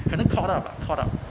可能 caught up ah caught up